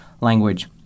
language